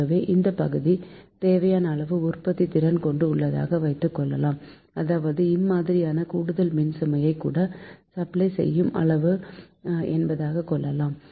ஆகவே அந்த பகுதி தேவையான அளவு உற்பத்தி திறன் கொண்டு உள்ளதாக வைத்துக்கொள்ளலாம் அதாவது இம்மாதிரியான கூடுதல் மின்சுமையை கூட சப்ளை செய்யும் அளவு என்பதாக கொள்ளலாம்